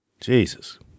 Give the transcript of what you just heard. Jesus